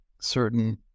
certain